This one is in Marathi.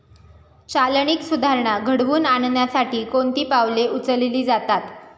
चालनीक सुधारणा घडवून आणण्यासाठी कोणती पावले उचलली जातात?